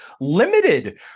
limited